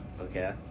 Okay